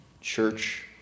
church